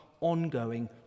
ongoing